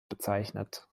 bezeichnet